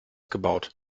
gebaut